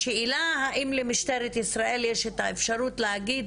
השאלה היא האם למשטרת ישראל את האפשרות להגיד